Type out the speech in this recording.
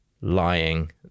lying